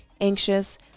anxious